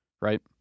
right